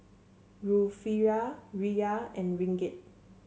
Rufiyaa Riyal and Ringgit